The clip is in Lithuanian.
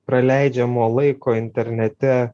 praleidžiamo laiko internete